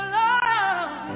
love